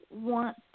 want